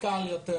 זה קל יותר.